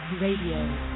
Radio